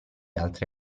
altri